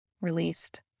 released